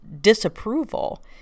disapproval